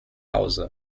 hause